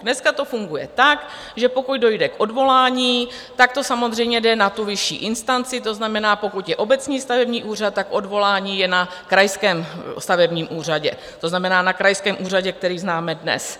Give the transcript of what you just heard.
Dneska to funguje tak, že pokud dojde k odvolání, tak to samozřejmě jde na vyšší instanci, to znamená, pokud je obecní stavební úřad, tak odvolání je na krajském stavebním úřadě, to znamená na krajském úřadě, který známe dnes.